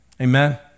Amen